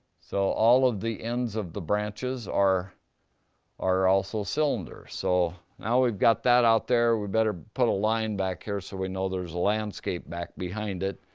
so all of the ends of the branches are are also cylinders. so now we got that out there, we better put a line back here so we know there's a landscape back behind it.